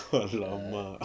!alamak!